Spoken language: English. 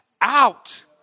out